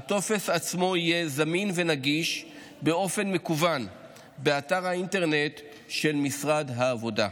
הטופס עצמו יהיה זמין ונגיש באופן מקוון באתר האינטרנט של משרד העבודה.